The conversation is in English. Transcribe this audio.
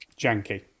janky